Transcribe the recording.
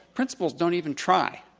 principals don't even try.